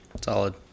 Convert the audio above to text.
Solid